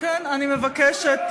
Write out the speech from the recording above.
כן, אני מבקשת,